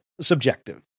subjective